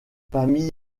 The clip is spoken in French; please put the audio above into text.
famille